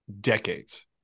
decades